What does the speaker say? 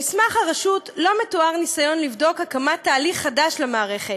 במסמך הרשות לא מתואר ניסיון לבדוק הקמת תהליך חדש למערכת,